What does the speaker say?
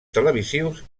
televisius